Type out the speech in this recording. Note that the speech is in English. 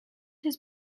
his